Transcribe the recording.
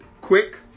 quick